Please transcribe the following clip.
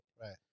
Right